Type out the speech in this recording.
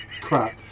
Crap